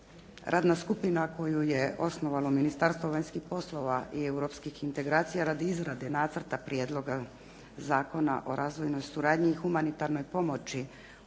Radna skupina koju je osnovalo Ministarstvo vanjskih poslova i europskih integracija radi izrade Nacrta prijedloga Zakona o razvojnoj suradnji i humanitarnoj pomoći